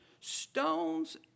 stones